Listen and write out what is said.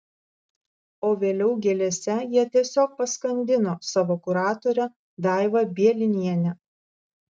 o vėliau gėlėse jie tiesiog paskandino savo kuratorę daivą bielinienę